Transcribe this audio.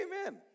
amen